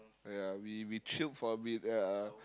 ya we we we chilled for a bit ya